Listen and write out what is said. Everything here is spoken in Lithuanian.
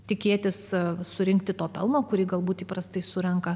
tikėtis surinkti to pelno kurį galbūt įprastai surenka